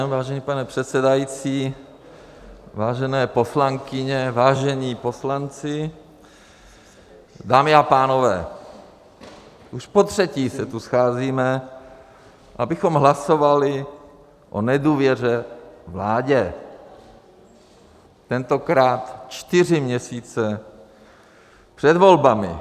Vážený pane předsedající, vážené poslankyně, vážení poslanci, dámy a pánové, už potřetí se tu scházíme, abychom hlasovali o nedůvěře vládě, tentokrát čtyři měsíce před volbami.